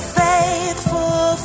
faithful